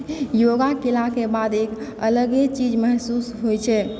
योगा केलाके बाद एक अलगे चीज महसूस होइ छै